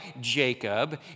Jacob